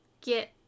get